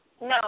No